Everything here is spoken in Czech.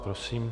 Prosím.